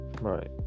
right